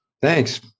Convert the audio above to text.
Thanks